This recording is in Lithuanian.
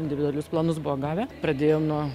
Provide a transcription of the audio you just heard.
individualius planus buvo gavę pradėjom nuo